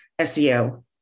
seo